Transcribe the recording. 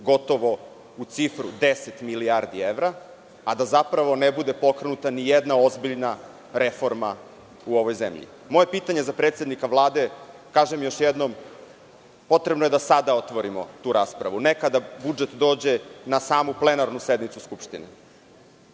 gotovo u cifru 10 milijardi evra, a da zapravo ne bude pokrenuta nijedna ozbiljna reforma u ovoj zemlji. Moje pitanje za predsednika Vlade je, kažem još jednom, potrebno je da sada otvorimo tu raspravu, a ne kada budžet dođe na samu plenarnu sednicu Skupštine